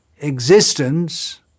existence